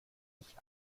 ich